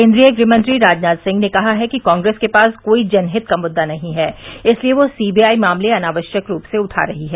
केन्द्रीय गृहमंत्री राजनाथ सिंह ने कहा है कि कांग्रेस के पास कोई जनहित का मुद्दा नहीं है इसलिए यह सीबीआई मामले अनावश्यक रूप से उठा रही है